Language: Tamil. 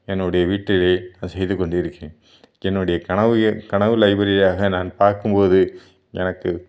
என்னுடைய வீட்டில் நான் செய்து கொண்டிருக்கிறேன் என்னுடைய கனவு எ கனவு லைப்ரரியாக நான் பார்க்கும்போது எனக்கு